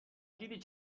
دیدی